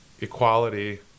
equality